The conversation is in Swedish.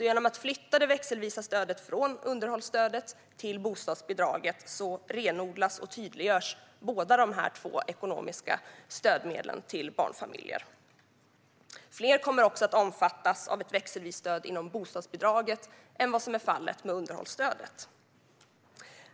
Genom att det växelvisa stödet flyttas från underhållsstödet till bostadsbidraget renodlas alltså och tydliggörs båda dessa två ekonomiska stödmedlen till barnfamiljer. Fler kommer också att omfattas av ett växelvist stöd inom bostadsbidraget än vad som är fallet med underhållsstödet.